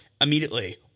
Immediately